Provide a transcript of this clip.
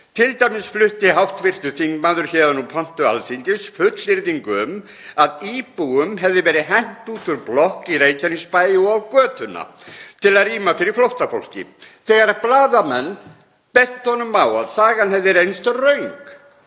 Til dæmis flutti hv. þingmaður héðan úr pontu Alþingis fullyrðingu um að íbúum hefði verið hent út úr blokk í Reykjanesbæ og á götuna til að rýma fyrir flóttafólki. Þegar blaðamenn bentu honum á að sagan hefði reynst röng